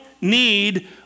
need